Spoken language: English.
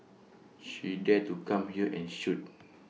she dare to come here and shoot